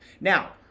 Now